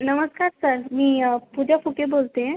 नमस्कार सर मी पुजा फुके बोलते आहे